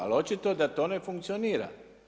Ali očito da to ne funkcionira.